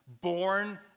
born